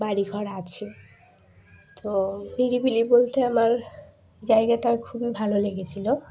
বাড়িঘর আছে তো নিরিবিলি বলতে আমার জায়গাটা খুবই ভালো লেগেছিলো